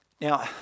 Now